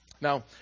Now